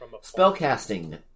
Spellcasting